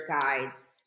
guides